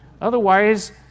Otherwise